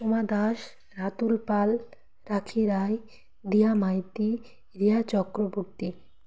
Soma Das Ratul Pal Rakhi Rai Diya Maiti Riya Chakraborty